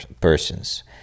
persons